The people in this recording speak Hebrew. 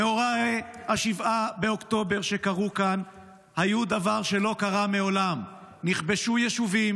אירועי 7 באוקטובר שקרו כאן היו דבר שלא קרה מעולם: נכבשו יישובים,